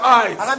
eyes